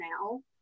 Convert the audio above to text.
now